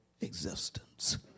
existence